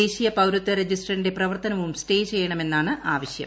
ദേശീയ പൌരത്വ രജിസ്റ്ററിന്റെ പ്രവർത്തനവും സ്റ്റേ ചെയ്യണമെന്നാണ് ആവശ്യം